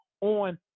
on